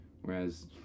Whereas